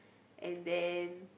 and then